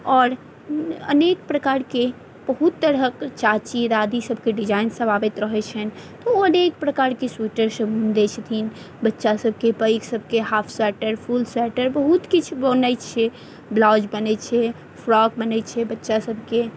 आओर अनेक प्रकारके बहुत तरहक चाची दादी सबके डिजाइन सब आबैत रहैत छनि तऽ ओ अनेक प्रकारके स्वेटर सब बुनि दै छथिन बच्चा सबके पैघ सबके हाफ स्वेटर फुल स्वेटर बहुत किछु बनै छै ब्लाउज बनै छै फ्रॉक बनै छै बच्चा सबके